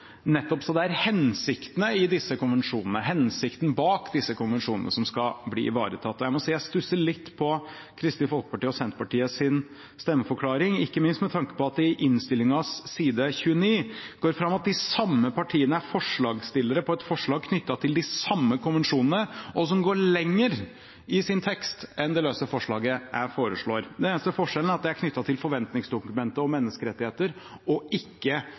hensikten bak disse konvensjonene som skal bli ivaretatt. Jeg må si jeg stusser litt over stemmeforklaringen fra Kristelig Folkeparti og Senterpartiet, ikke minst med tanke på at det på side 29 i innstillingen går fram at de samme partiene er forslagsstillere til et forslag knyttet til de samme konvensjonene som går lenger i sin tekst enn det løse forslaget jeg foreslår. Den eneste forskjellen er knyttet til forventningsdokumentet om menneskerettigheter og ikke